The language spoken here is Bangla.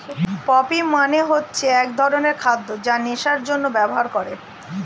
পপি মানে হচ্ছে এক ধরনের খাদ্য যা নেশার জন্যে ব্যবহার করে